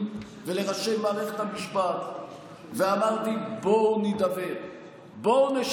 ולראשי מערכת המשפט ואמרתי: בואו נידבר,